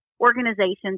organizations